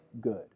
good